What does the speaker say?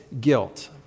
guilt